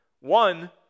one